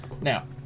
Now